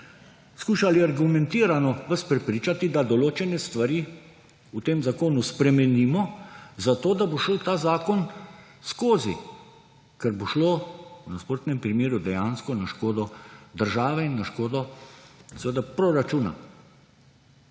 skušali argumentirano vas prepričati, da določene stvari v tem zakonu spremenimo, zato da bo šel ta zakon skozi, ker bo šlo v nasprotnem primeru dejansko na škodo države in na škodo, seveda, proračuna.